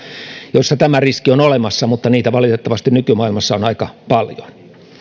joissa tämä riski on olemassa mutta niitä valitettavasti nykymaailmassa on aika paljon